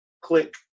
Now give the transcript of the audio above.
Click